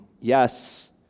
yes